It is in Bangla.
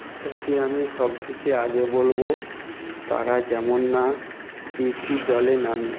তাদেরকে আমি সব থেকে আগে বলবো তারা যেমন না বেশি জলে নামে